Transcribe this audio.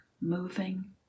moving